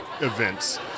events